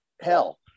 hell